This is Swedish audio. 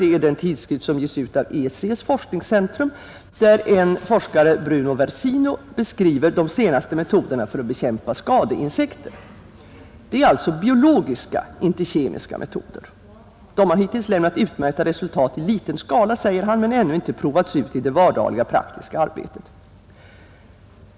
Det är den tidskrift som ges ut av EEC: forskningscentrum, där en forskare, Bruno Versino, beskriver de senaste metoderna för att bekämpa skadeinsekter. Det är här fråga om biologiska, inte kemiska metoder. De har hittills lämnat utmärkta resultat i liten skala, säger han, men ännu inte provats ut i det vardagliga praktiska arbetet.